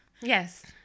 yes